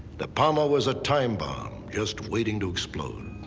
depalma was a time bomb just waiting to explode.